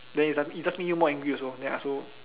then you start it just make you more angry also ya so